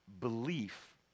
belief